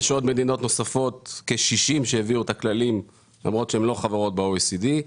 יש כ-60 מדינות נוספות שהעבירו את הכללים למרות שהן לא חברות ב-OECD,